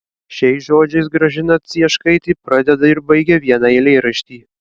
šiais žodžiais gražina cieškaitė pradeda ir baigia vieną eilėraštį